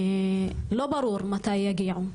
לא ברור מתי יגיעו,